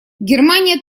германия